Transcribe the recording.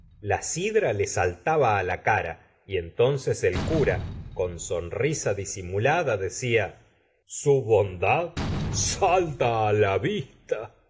la sidra le saltaba á la cara y entonces el cura con sonrisa disimulada decía su bondad salta á la vista